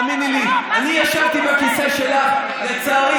תאמיני לי, אני ישבתי בכיסא שלך, לצערי